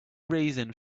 reason